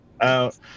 out